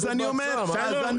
שלום,